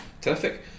terrific